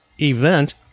event